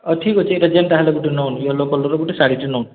ଠିକ୍ ଅଛେ ଇ'ଟା ଯେନ୍ଟା ହେଲେ ଗୁଟା ନେଉନ୍ ୟେଲୋ କଲର୍ ର ଗୋଟେ ଶାଢ଼ୀଟେ ନେଉନ୍